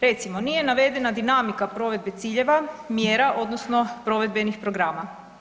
Recimo, nije navedena dinamika provedbe ciljeva, mjera odnosno provedbenih programa.